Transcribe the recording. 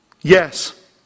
yes